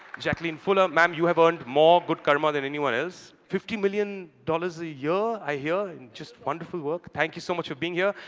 jacquelline fuller. ma'am, you have earned more good karma than anyone else. fifty million dollars a year, i hear, in just wonderful work. thank you so much for being here.